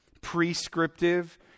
prescriptive